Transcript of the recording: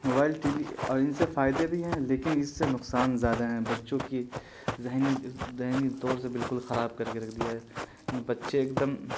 mobile TV اور ان سے فائدے بھی ہیں لیکن اس سے نقصان زیادہ ہیں بچوں کی ذہنی ذہنی طور سے بالکل خراب کر کے رکھ دیا ہے بچے ایک دم